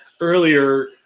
earlier